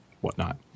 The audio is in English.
whatnot